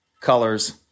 colors